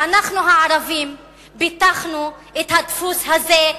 אנחנו הערבים פיתחנו את הדפוס הזה,